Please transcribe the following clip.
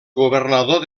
governador